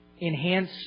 enhance